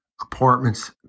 apartments